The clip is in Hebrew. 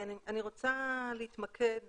אני רוצה להתמקד